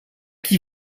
qui